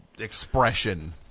expression